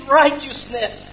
righteousness